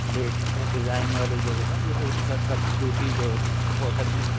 ladies میں design والے جو ہوتے ہیں جیسے اس میں سوتی جو ہوتا ہے کاٹن میں